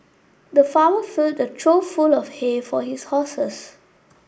the farmer filled a trough full of hay for his horses